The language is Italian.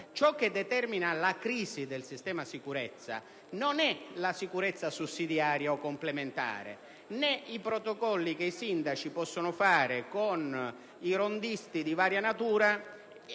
Ciò che determina la crisi del sistema sicurezza non è la sicurezza sussidiaria o complementare, né sono i protocolli che i sindaci possono promuovere con i rondisti di varia natura